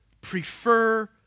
Prefer